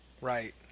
Right